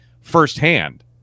firsthand